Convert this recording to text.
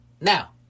Now